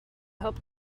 help